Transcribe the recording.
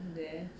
there